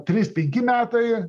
trys penki metai